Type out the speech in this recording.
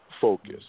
Focus